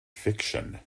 fiction